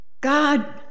God